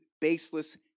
baseless